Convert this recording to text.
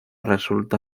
resulta